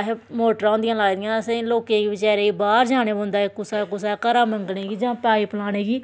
असैं मोटरां होंदियां लाई दियां लोकें गी बचैरें गी बाह्र जाना पौंदा कुसै कुसै दै घरा दा मंगनें गी जां पाईप लाने गी